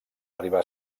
arribar